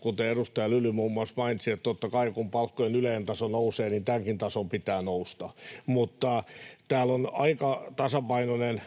kuten edustaja Lyly muun muassa mainitsi, että totta kai, kun palkkojen yleinen taso nousee, tämänkin tason pitää nousta. Täällä on aika tasapainoinen